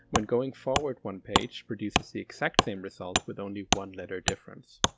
when going forward one page produces the exact same result, with only one letter difference.